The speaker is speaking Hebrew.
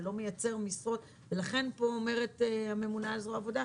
ולא מייצר משרות - לכן אומרת פה הממונה על זרוע העבודה,